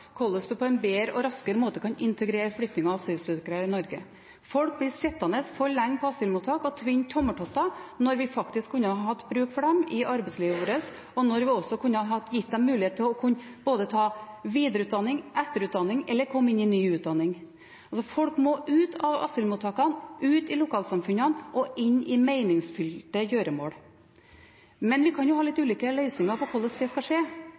hvordan en på en bedre og raskere måte kan integrere flyktninger og asylsøkere i Norge. Folk blir sittende for lenge i asylmottak og tvinne tommeltotter, når vi faktisk kunne hatt bruk for dem i arbeidslivet vårt, og når vi også kunne ha gitt dem mulighet til å kunne ta både videre- og etterutdanning og ny utdanning. Folk må ut av asylmottakene; de må ut i lokalsamfunnene og inn i meningsfylte gjøremål. Men vi kan jo ha litt ulike løsninger på hvordan det kan skje,